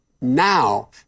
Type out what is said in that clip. now